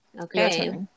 Okay